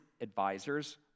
advisors